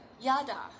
yada